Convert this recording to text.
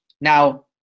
Now